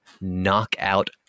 knockout